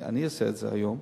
אני אעשה את זה היום,